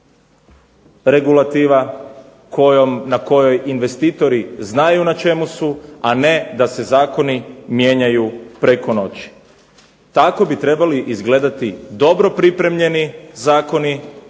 regulativa na kojoj investitori znaju na čemu su a ne da se zakoni mijenjaju preko noći. Tako bi trebali izgledati dobro pripremljeni zakoni,